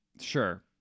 sure